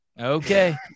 okay